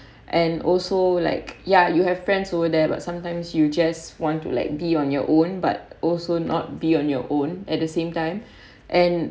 and also like ya you have friends over there but sometimes you just want to like be on your own but also not be on your own at the same time and